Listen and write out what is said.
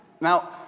Now